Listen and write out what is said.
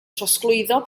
trosglwyddo